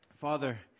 Father